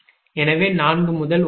எனவே 4 முதல் 9